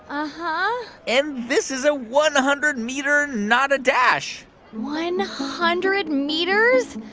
um ah and this is a one hundred meter not-a-dash one hundred meters?